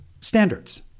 standards